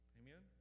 amen